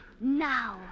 Now